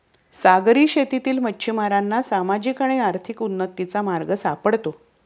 सागरी शेतीतील मच्छिमारांना सामाजिक व आर्थिक उन्नतीचा मार्ग सापडतो